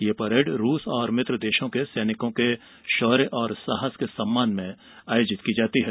यह परेड रूस और मित्र देशों के सैनिकों के शौर्य और साहस के सम्मान में आयोजित की जाती है